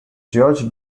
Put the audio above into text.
george